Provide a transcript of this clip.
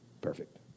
perfect